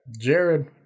Jared